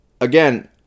Again